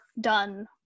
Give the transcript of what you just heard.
done